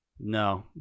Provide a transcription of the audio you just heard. No